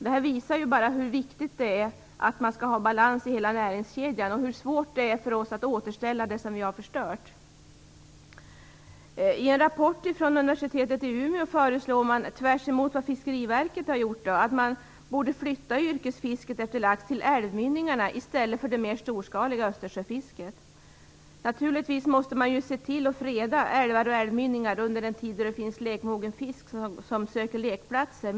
Det visar hur viktigt det är att det finns balans i hela näringskedjan och hur svårt det är för oss att återställa det som vi redan har förstört. tvärtemot vad Fiskeriverket har föreslagit - att yrkesfisket efter lax borde flyttas till älvmynningarna i stället för man bedriver det mer storskaliga Östersjöfisket. Naturligtvis måste man se till att freda älvar och älvmynningar under den tid då det finns lekmogen fisk som söker lekplatser.